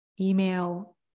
email